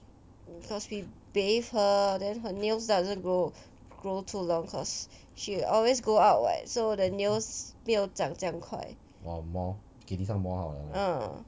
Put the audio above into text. cause we bathe her then her nails doesn't grow grow too long because she had always go out what so the nails 没有长这样快 uh